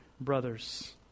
brothers